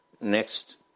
next